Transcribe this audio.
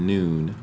Noon